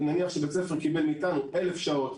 נניח שבית ספר קיבל מאיתנו 1,000 שעות,